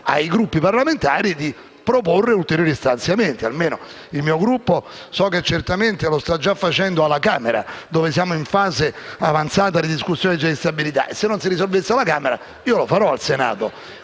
ai Gruppi parlamentari di proporre ulteriori stanziamenti. Almeno il mio Gruppo - lo so certamente - lo sta già facendo alla Camera, dove siamo in fase avanzata di discussione della legge di stabilità. Se la questione non si dovesse risolvere alla Camera, io lo farò al Senato.